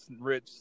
rich